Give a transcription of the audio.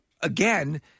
Again